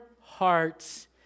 hearts